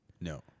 No